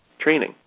training